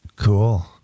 cool